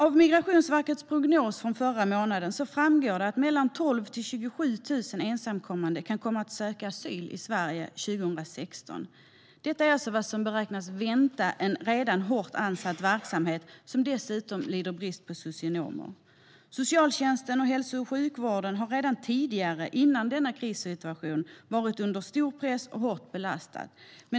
Av Migrationsverkets prognos från förra månaden framgår det att 12 000-27 000 ensamkommande kan komma att söka asyl i Sverige 2016. Detta är alltså vad som beräknas vänta en redan hårt ansatt verksamhet som dessutom lider brist på socionomer. Socialtjänsten och hälso och sjukvården har redan tidigare, före denna krissituation, varit under stor press och hårt belastad.